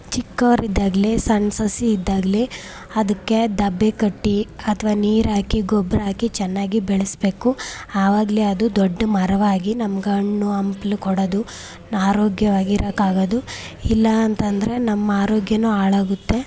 ಚಿಕ್ಕವರಿದ್ದಾಗಲೇ ಸಣ್ಣ ಸಸಿ ಇದ್ದಾಗಲೇ ಅದಕ್ಕೆ ದಬ್ಬೆ ಕಟ್ಟಿ ಅಥವಾ ನೀರು ಹಾಕಿ ಗೊಬ್ಬರ ಹಾಕಿ ಚೆನ್ನಾಗಿ ಬೆಳೆಸಬೇಕು ಆವಾಗಲೇ ಅದು ದೊಡ್ಡ ಮರವಾಗಿ ನಮಗೆ ಹಣ್ಣು ಹಂಪ್ಲು ಕೊಡೋದು ಆರೋಗ್ಯವಾಗಿ ಇರಕ್ಕೆ ಆಗೋದು ಇಲ್ಲ ಅಂತಂದರೆ ನಮ್ಮ ಆರೋಗ್ಯನೂ ಹಾಳಾಗುತ್ತೆ